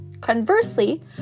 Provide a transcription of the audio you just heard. Conversely